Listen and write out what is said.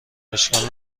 اشکال